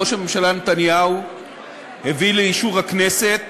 ראש הממשלה נתניהו הביא לאישור הכנסת